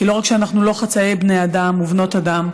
כי לא רק שאנחנו לא חצאי בני אדם ובנות אדם,